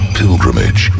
pilgrimage